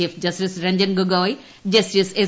chief justice Ranjan Gogoi justice S